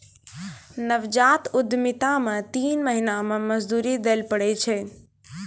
नवजात उद्यमिता मे तीन महीना मे मजदूरी दैल पड़ै छै